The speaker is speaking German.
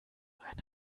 ein